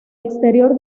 exterior